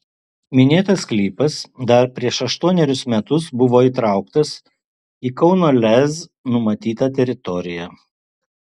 minėtas sklypas dar prieš aštuonerius metus buvo įtrauktas į kauno lez numatytą teritoriją